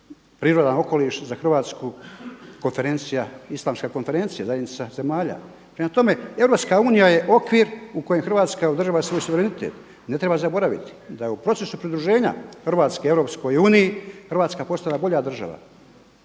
prirodan okoliš za Hrvatsku islamska konferencija zajednica zemalja? Prema tome, Europska unija je okvir u kojem Hrvatska održava svoj suverenitet. Ne treba zaboraviti da je u procesu pridruženja Hrvatske Europskoj uniji Hrvatska postala bolja država